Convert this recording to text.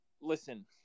listen